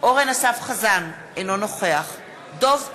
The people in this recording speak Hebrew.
אורן אסף חזן, אינו נוכח דב חנין,